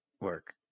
work